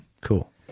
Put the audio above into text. Cool